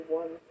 one